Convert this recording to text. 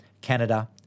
Canada